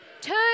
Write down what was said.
Two